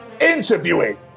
interviewing